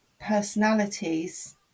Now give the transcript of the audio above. personalities